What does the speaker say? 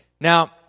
Now